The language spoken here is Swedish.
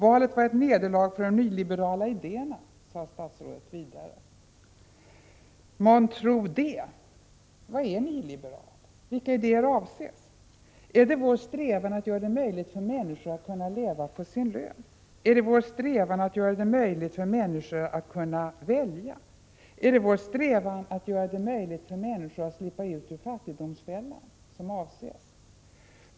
Valet var ett nederlag för de nyliberala idéerna, sade statsrådet vidare. Månntro det! Vad är nyliberalism? Vilka idéer avses? Är det vår strävan att göra det möjligt för människor att kunna leva på sin lön? Är det vår strävan att göra det möjligt för människor att välja? Är det vår strävan att göra det möjligt för människor att slippa ut ur fattigdomsfällan som avses?